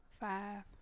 Five